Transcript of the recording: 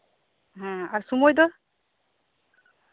ᱦᱮᱸ ᱟᱨ ᱥᱚᱢᱚᱭ ᱫᱚ